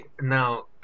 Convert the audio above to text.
now